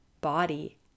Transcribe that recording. body